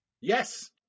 Yes